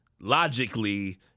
logically